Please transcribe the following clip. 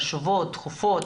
חשובות ודחופות.